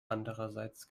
andererseits